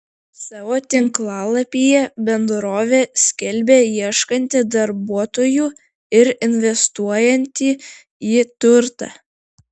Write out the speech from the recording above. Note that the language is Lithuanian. savo tinklalapyje bendrovė skelbia ieškanti darbuotojų ir investuojanti į turtą